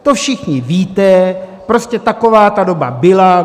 To všichni víte, prostě taková ta doba byla.